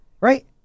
Right